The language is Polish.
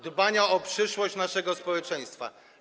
dbania o przyszłość naszego społeczeństwa.